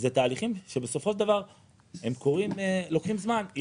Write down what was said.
אלה תהליכים שבסופו של דבר לוקחים זמן.